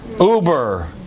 Uber